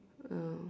I know